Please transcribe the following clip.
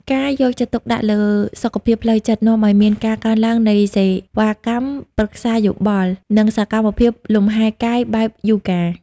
ការយកចិត្តទុកដាក់លើ "សុខភាពផ្លូវចិត្ត" នាំឱ្យមានការកើនឡើងនៃសេវាកម្មប្រឹក្សាយោបល់ និងសកម្មភាពលំហែកាយបែបយូហ្គា។